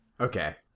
Okay